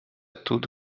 tudo